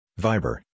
Viber